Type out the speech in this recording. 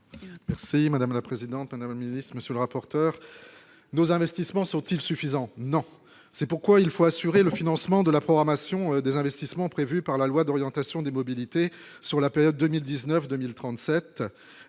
Merci madame la présidente, madame la Ministre, monsieur le rapporteur, nos investissements sont-ils suffisants non, c'est pourquoi il faut assurer le financement de la programmation des investissements prévus par la loi d'orientation des mobilités, sur la période 2019, 2037